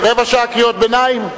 אתם רוצים רבע שעה קריאות ביניים?